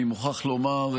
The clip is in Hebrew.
אני מוכרח לומר,